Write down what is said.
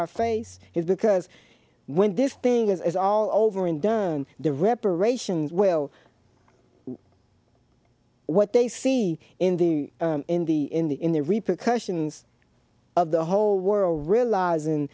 our face is because when this thing is all over and done the reparations well what they see in the in the in the in the repercussions of the whole world realizing